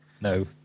no